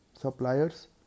suppliers